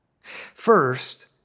First